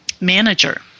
manager